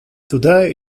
today